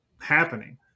happening